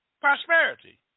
Prosperity